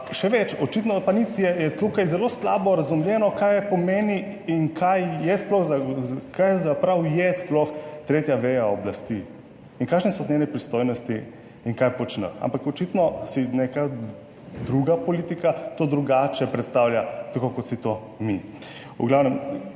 Še več, očitno pa je tukaj zelo slabo razumljeno, kaj pomeni in kaj je sploh, za kaj pravzaprav je sploh tretja veja oblasti in kakšne so njene pristojnosti in kaj počne. Ampak očitno si neka druga politika to drugače predstavlja tako kot si to mi.